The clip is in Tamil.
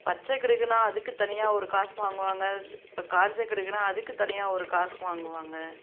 பச்சக் கிடுகுன்னால் அதுக்கு தனியாக ஒரு காசு வாங்குவாங்கள் இப்போ காஞ்ச கிடுகுன்னால் அதுக்கு தனியாக ஒரு காசு வாங்குவாங்க